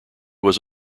was